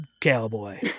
cowboy